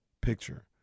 picture